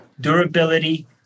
durability